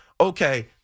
okay